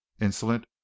insolent